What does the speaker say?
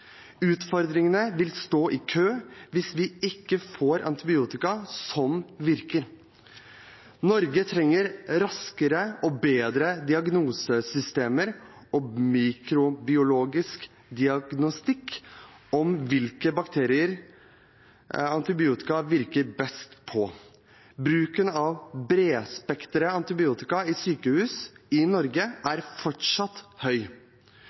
Utfordringene vil stå i kø hvis vi ikke får antibiotika som virker. Norge trenger raskere og bedre diagnosesystemer og mikrobiologisk diagnostikk om hvilke bakterier antibiotika virker best på. Bruken av bredspektret antibiotika i sykehus er fortsatt høy i Norge.